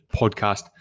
podcast